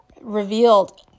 revealed